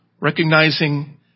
Recognizing